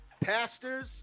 Pastors